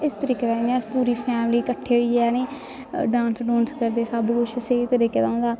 इस तरीके दा इ'यां अस पूरी फैमली किट्ठे होइयै निं डांस डूंस करदे सब्भ कुछ स्हेई तरीके दा होंदा